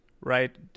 right